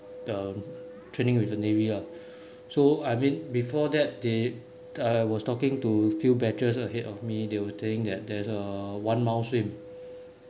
the training with a navy lah so I mean before that they uh I was talking to few batches ahead of me they will think that there's a one mile swim